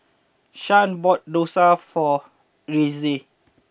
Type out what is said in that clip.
Shan bought Dosa for Reese